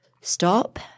stop